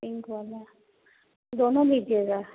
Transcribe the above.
pink वाला दोनों लीजिएगा